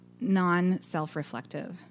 non-self-reflective